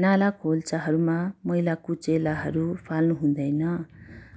नाला खोल्साहरूमा मैला कुचेलाहरू फाल्नु हुँदैन